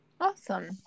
awesome